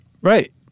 Right